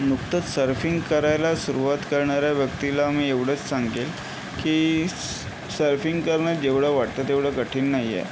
नुकतंच सर्फिंग करायला सुरवात करणाऱ्या व्यक्तीला मी एवढंच सांगेन की सर्फिंग करणं जेवढं वाटतं तेवढं कठीण नाही आहे